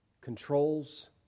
controls